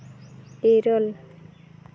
ᱤᱨᱟᱹᱞ